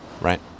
Right